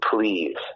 please